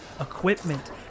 equipment